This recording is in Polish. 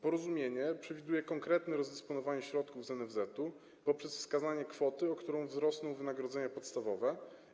Porozumienie przewiduje konkretne rozdysponowanie środków z NFZ-u poprzez wskazanie kwoty, o którą wzrosną wynagrodzenia podstawowe.